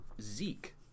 Zeke